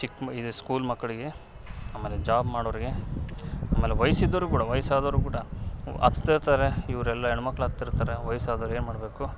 ಚಿಕ್ಕ ಇದು ಸ್ಕೂಲ್ ಮಕ್ಳಿಗೆ ಆಮೇಲೆ ಜಾಬ್ ಮಾಡೋರಿಗೆ ಆಮೇಲೆ ವಯ್ಸಿದ್ದೋರು ಕೂಡ ವಯ್ಸಾದೋರು ಕೂಡ ಹತ್ತಾ ಇರ್ತಾರೆ ಇವರೆಲ್ಲ ಹೆಣ್ಮಕ್ಳು ಹತ್ತಿರ್ತಾರೆ ವಯಸ್ಸಾದೋರು ಏನ್ಮಾಡಬೇಕು